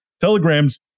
Telegram's